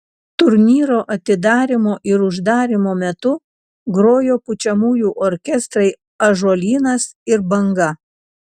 turnyro atidarymo ir uždarymo metu grojo pučiamųjų orkestrai ąžuolynas ir banga